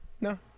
No